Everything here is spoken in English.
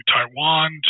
Taiwan